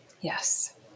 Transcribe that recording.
yes